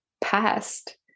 past